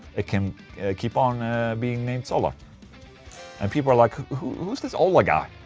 it can keep on being named solar and people are like who's this ola guy